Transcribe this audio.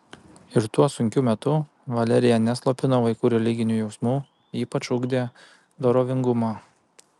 ir tuo sunkiu metu valerija neslopino vaikų religinių jausmų ypač ugdė dorovingumą